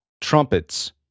trumpets